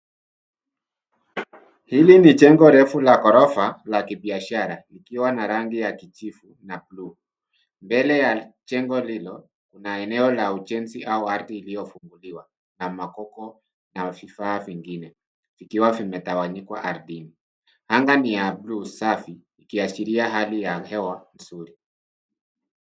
Hili ni jengo refu la ghorofa la kibiashara likiwa na rangi ya kijivu na bluu. Mbele ya jengo lilo kuna eneo la ujenzi au ardhi iliyofunguliwa na makoko na vifaa vingine vikiwa vimetawanyika ardhini. Anga ni ya bluu, safi, ikiashiria hali ya hewa nzuri.